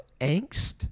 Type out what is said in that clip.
angst